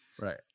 Right